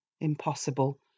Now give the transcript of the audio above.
Impossible